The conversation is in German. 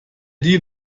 deal